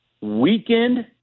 weekend